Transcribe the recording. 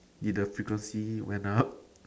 did the frequency went up